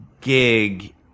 gig